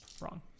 wrong